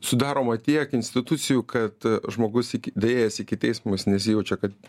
sudaroma tiek institucijų kad žmogus iki daėjęs iki teismo jis nesijaučia kad